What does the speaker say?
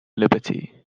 liberty